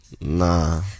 nah